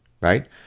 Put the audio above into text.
right